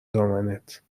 دامنت